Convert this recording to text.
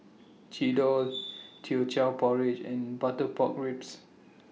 Chendol Teochew Porridge and Butter Pork Ribs